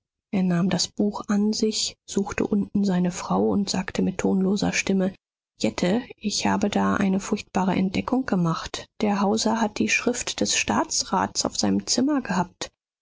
er nahm das buch an sich suchte unten seine frau und sagte mit tonloser stimme jette ich habe da eine furchtbare entdeckung gemacht der hauser hat die schrift des staatsrats auf seinem zimmer gehabt